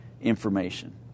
information